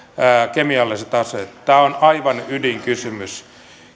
kemialliset aseet tämä on aivan ydinkysymys